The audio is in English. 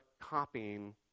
copying